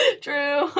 True